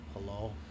Hello